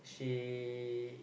she